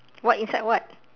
what inside what